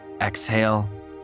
Exhale